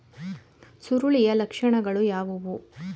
ಸುರುಳಿಯ ಲಕ್ಷಣಗಳು ಯಾವುವು?